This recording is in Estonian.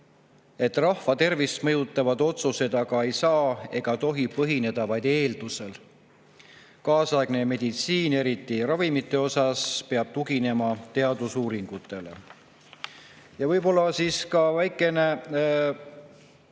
et rahva tervist mõjutavad otsused ei saa ega tohi põhineda vaid eeldusel. Kaasaegne meditsiin, eriti ravimite osas, peab tuginema teadusuuringutele. Ja võib-olla ka väikene